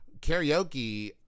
karaoke